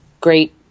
great